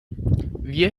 wir